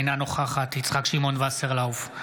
אינה נוכחת יצחק שמעון וסרלאוף,